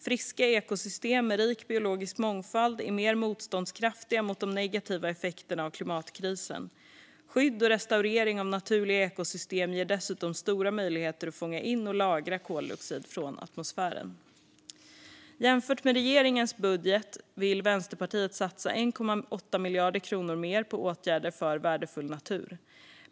Friska ekosystem med rik biologisk mångfald är mer motståndskraftiga mot de negativa effekterna av klimatkrisen. Skydd och restaurering av naturliga ekosystem ger dessutom stora möjligheter att fånga in och lagra koldioxid från atmosfären. Jämfört med regeringens budget vill Vänsterpartiet satsa 1,8 miljarder kronor mer på åtgärder för värdefull natur.